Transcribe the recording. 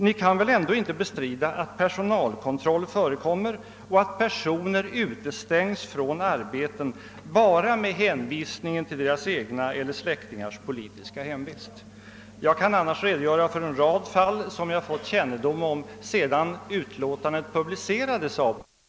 Ni kan väl inte bestrida att personalkontroll förekommer och att personer utestänges från arbeten bara med hänvisning till deras eget eller släktingars politiska hemvist? Jag kan annars redogöra för en rad fall som jag fått kännedom om sedan betänkandet publicerades av parlamentariska nämnden.